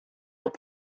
bod